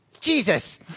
Jesus